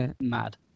mad